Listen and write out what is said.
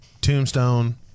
Tombstone